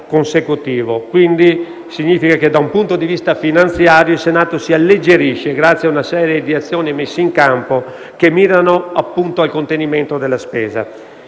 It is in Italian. il che significa che, da un punto di vista finanziario, il Senato si alleggerisce grazie ad una serie di azioni messe in campo che mirano, appunto, al contenimento della spesa.